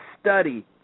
study